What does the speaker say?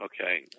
okay